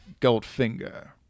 Goldfinger